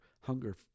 hunger